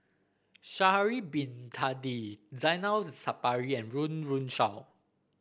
Sha'ari Bin Tadin Zainal Sapari and Run Run Shaw